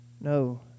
No